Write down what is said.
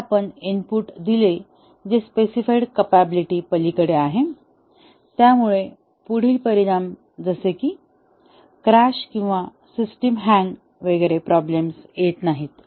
जर आपण इनपुट दिले जे स्पेसिफाइड कॅप्याबिलिटी पलीकडे आहे त्यामुळे पुढील परिणाम जसे कि क्रॅश किंवा सिस्टीम हँग वगैरे प्रॉब्लेम्स येत नाहीत